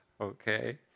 Okay